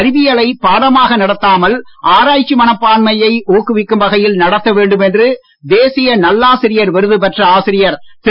அறிவியலை பாடமாக நடத்தாமல் ஆராய்ச்சி மனப்பான்மையை ஊக்குவிக்கும் வகையில் நடத்த வேண்டும் என்று தேசிய நல்லாசிரியர் விருது பெற்ற ஆசிரியர் திரு